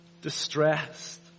distressed